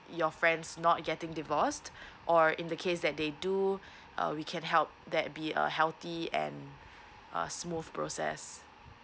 your friends not getting divorced or in the case that they do uh we can help that be a healthy and err smooth process